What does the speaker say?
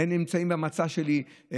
הן נמצאות במצע שלי,